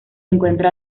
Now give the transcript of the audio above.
encuentra